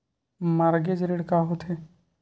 Mortgage ऋण का होथे?